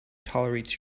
tolerates